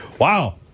Wow